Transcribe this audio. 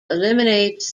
eliminates